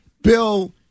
Bill